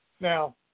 Now